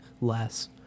less